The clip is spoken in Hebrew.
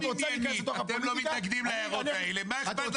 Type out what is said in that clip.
אם אתם לא מתנגדים להערות אז מה אכפת לכם איפה הדיון נערך?